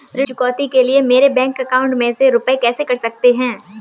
ऋण चुकौती के लिए मेरे बैंक अकाउंट में से रुपए कैसे कट सकते हैं?